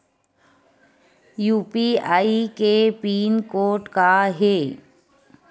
UPI के pin code का हे?